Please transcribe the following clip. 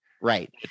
right